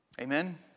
Amen